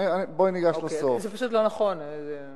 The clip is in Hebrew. זה פשוט לא נכון.